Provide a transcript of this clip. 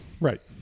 Right